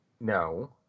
No